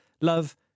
love